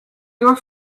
your